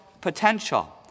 potential